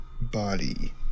body